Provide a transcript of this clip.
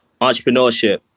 entrepreneurship